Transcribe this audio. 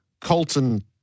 Colton